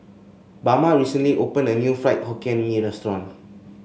Bama recently opened a new Fried Hokkien Mee restaurant